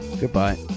goodbye